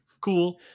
cool